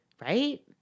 right